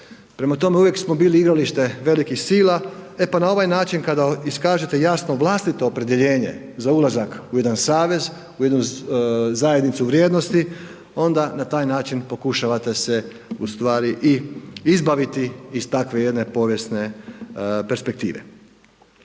Prema tome, uvijek smo bili igralište velikih sila e pa na ovaj način kada iskažete jasno vlastito opredjeljenje za ulazak u jedna savez, u jednu zajednicu vrijednosti, onda na taj način pokušavate se ustvari i izbaviti iz takve jedne povijesne perspektive.